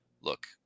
look